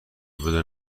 بدون